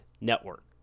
Network